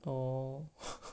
orh